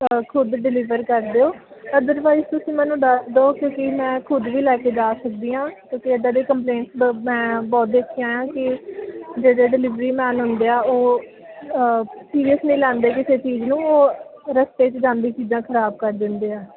ਖੁਦ ਡਿਲੀਵਰ ਕਰ ਦਿਓ ਅਦਰਵਾਈਜ਼ ਤੁਸੀਂ ਮੈਨੂੰ ਦਸ ਦਿਓ ਕਿਉਂਕਿ ਮੈਂ ਖੁਦ ਵੀ ਲੈ ਕੇ ਜਾ ਸਕਦੀ ਹਾਂ ਕਿਉਂਕਿ ਇੱਦਾਂ ਦੇ ਕੰਪਲੇਂਟਸ ਮੈਂ ਬਹੁਤ ਦੇਖੀਆ ਆ ਕਿ ਜਿਹੜੇ ਡਿਲੀਵਰੀ ਮੈਨ ਹੁੰਦੇ ਆ ਉਹ ਸੀਰੀਅਸ ਨਹੀਂ ਲੈਂਦੇ ਕਿਸੇ ਚੀਜ਼ ਨੂੰ ਉਹ ਰਸਤੇ 'ਚ ਜਾਂਦੀ ਚੀਜ਼ਾਂ ਖ਼ਰਾਬ ਕਰ ਦਿੰਦੇ ਆ